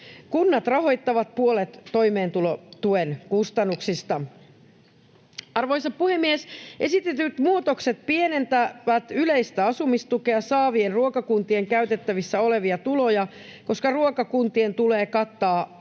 Kunnat rahoittavat puolet toimeentulotuen kustannuksista. Arvoisa puhemies! Esitetyt muutokset pienentävät yleistä asumistukea saavien ruokakuntien käytettävissä olevia tuloja, koska ruokakuntien tulee kattaa aiempaa